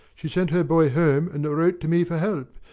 she sent her boy home and wrote to me for help.